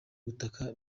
gutaka